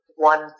One